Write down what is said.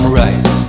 right